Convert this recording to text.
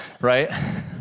right